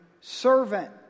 servant